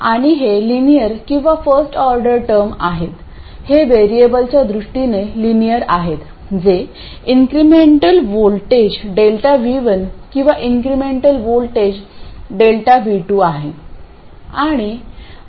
आणि हे लिनियर किंवा फर्स्ट ऑर्डर टर्मआहेत हे व्हेरिएबलच्या दृष्टीने लिनियरआहेत जे इंक्रीमेंटल व्होल्टेज Δ V1 किंवा इंक्रीमेंटल व्होल्टेज Δ V2 आहे